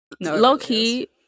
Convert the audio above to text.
Low-key